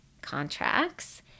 contracts